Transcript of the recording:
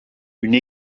une